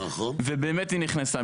ובאמת היא נכנסה.